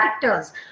characters